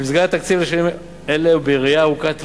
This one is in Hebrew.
במסגרת התקציב לשנים אלה ובראייה ארוכת טווח,